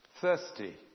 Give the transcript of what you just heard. Thirsty